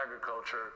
agriculture